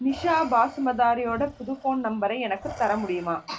நிஷா பாசுமதாரியோடய புது ஃபோன் நம்பரை எனக்குத் தர முடியுமா